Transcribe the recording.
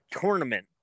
tournament